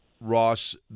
Ross